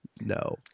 no